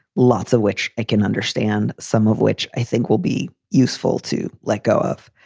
lots of which i can understand, some of which i think will be useful to let go of.